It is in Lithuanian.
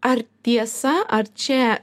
ar tiesa ar čia